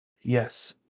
Yes